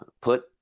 put